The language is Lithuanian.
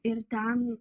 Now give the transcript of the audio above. ir ten